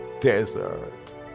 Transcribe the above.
desert